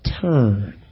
turn